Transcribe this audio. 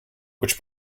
which